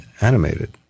animated